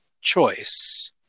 choice